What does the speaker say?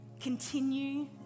continue